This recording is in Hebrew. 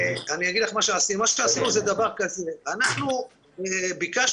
מה שעשינו זה דבר כזה: אנחנו ביקשנו